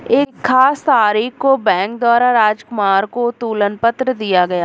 एक खास तारीख को बैंक द्वारा राजकुमार को तुलन पत्र दिया गया